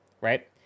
right